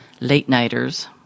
late-nighters